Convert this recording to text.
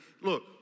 look